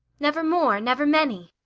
never more? never many?